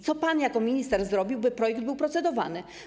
Co pan minister zrobił, by projekt był procedowany?